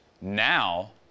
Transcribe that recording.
now